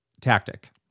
tactic